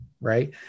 right